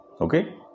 okay